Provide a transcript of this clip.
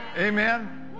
Amen